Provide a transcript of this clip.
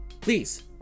Please